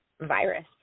virus